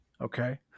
Okay